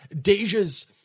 Deja's